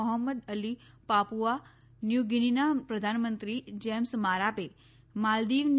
Mohammad Ali Papua New ગીનીના પ્રધાનમંત્રી James Marape માલદીવની પીપલ્સ તા